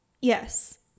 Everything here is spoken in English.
Yes